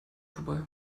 vorbei